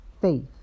faith